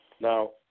Now